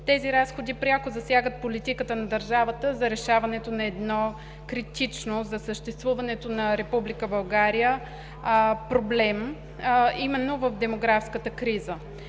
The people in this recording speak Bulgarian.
Тези разходи пряко засягат политиката на държавата за решаването на един критичен за съществуването на Република България проблем, а именно демографската криза.